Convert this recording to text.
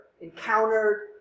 encountered